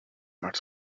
not